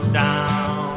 down